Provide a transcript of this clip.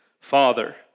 Father